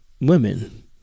women